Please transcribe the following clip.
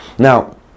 Now